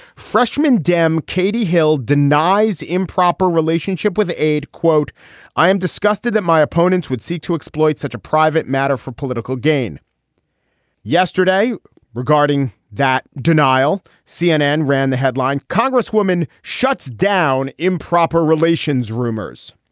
freshman dem katie hill denies improper relationship with the aide. quote i am disgusted that my opponents would seek to exploit such a private matter for political gain yesterday regarding that denial cnn ran the headline congresswoman shuts down improper relations rumors.